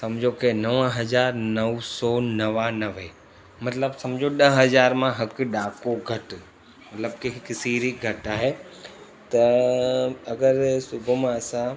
सम्झो के नव हज़ार नौ सौ नवानवे मतिलबु सम्झो ॾह हज़ार मां हिकु ॾाको घटि मतिलबु के हिकु सीरी घटि आहे त अगरि सुबुह मां असां